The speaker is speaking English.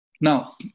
Now